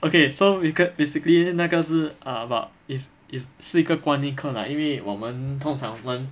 okay so 一个 basically 那个是 ah about it's it's 四个关一课啦因为我们通常分